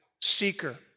seeker